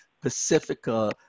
Pacifica